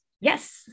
yes